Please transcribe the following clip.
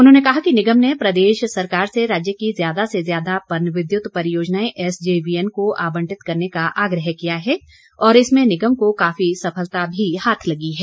उन्होंने कहा कि निगम ने प्रदेश सरकार से राज्य की ज्यादा से ज्यादा पनविद्युत परियोजनाएं एसजेवीएन को आबंटित करने का आग्रह किया है और इसमें निगम को काफी सफलता भी हाथ लगी है